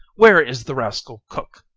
where is the rascal cook?